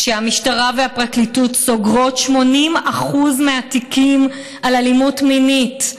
כשהמשטרה והפרקליטות סוגרות 80% מהתיקים על אלימות מינית,